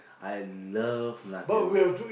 I love nasi-ambeng